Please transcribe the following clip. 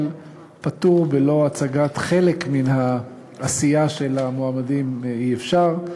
אבל פטור בלא הצגת חלק מן העשייה של המועמדים אי-אפשר.